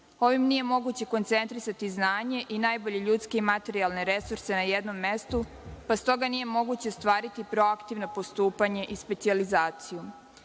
Ovim nije moguće koncentrisati znanje i najbolje ljudske i materijalne resurse na jednom mestu, pa stoga nije moguće ostvariti proaktivno postupanje i specijalizaciju. Sada